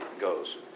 goes